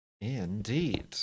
Indeed